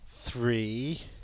three